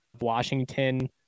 Washington